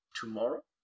tomorrow